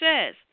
says